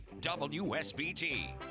WSBT